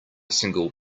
single